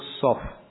soft